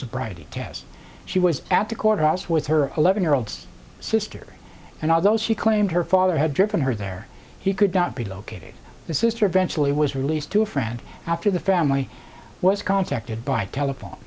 sobriety tests she was at the courthouse with her eleven year old sister and although she claimed her father had driven her there he could not be located the sister eventually was released to a friend after the family was contacted by telephone